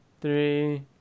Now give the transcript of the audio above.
three